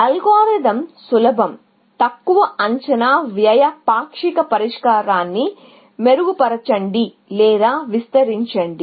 algorithm సులభం తక్కువ అంచనా వ్యయ పాక్షిక పరిష్కారాన్ని మెరుగుపరచండి లేదా విస్తరించండి